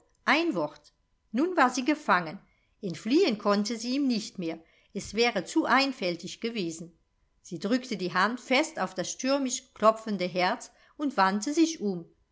ein wort nun war sie gefangen entfliehen konnte sie ihm nicht mehr es wäre zu einfältig gewesen sie drückte die hand fest auf das stürmisch klopfende herz und wandte sich um